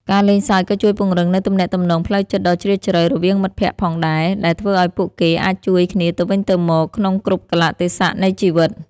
ការលេងសើចក៏ជួយពង្រឹងនូវទំនាក់ទំនងផ្លូវចិត្តដ៏ជ្រាលជ្រៅរវាងមិត្តភក្តិផងដែរ ដែលធ្វើឲ្យពួកគេអាចជួយគ្នាទៅវិញទៅមកក្នុងគ្រប់កាលៈទេសៈនៃជីវិត។